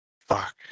fuck